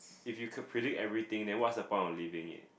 if you could predict everything then what's the point of living it